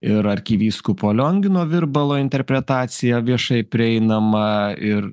ir arkivyskupo liongino virbalo interpretacija viešai prieinama ir